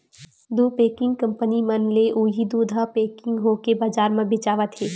दू packing company मन ले उही दूद ह पेकिग होके बजार म बेचावत हे